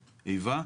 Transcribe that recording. איבה.